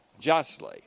justly